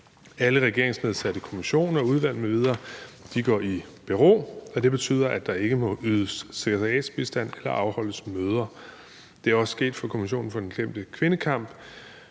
alle regeringsnedsatte kommissioner, udvalg m.v. sættes i bero, og det betyder, at der ikke må ydes sekretariatsbistand eller afholdes møder. Det er også sket for Kommissionen for den glemte kvindekamp,